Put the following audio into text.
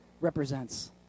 represents